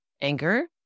Anger